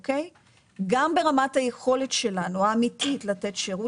גם ברמת היכולת שלנו האמיתית לתת שירות,